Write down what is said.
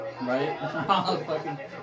Right